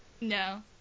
No